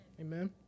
Amen